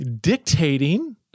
dictating